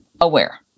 aware